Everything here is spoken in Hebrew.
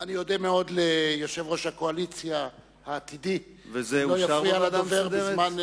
אני אודה מאוד ליושב-ראש הקואליציה העתידי אם לא יפריע לדובר בזמן,